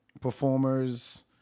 performers